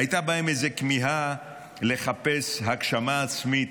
הייתה בהם איזה כמיהה לחפש הגשמה עצמית,